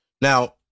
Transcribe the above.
Now